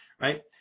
right